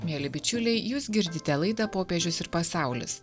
mieli bičiuliai jūs girdite laidą popiežius ir pasaulis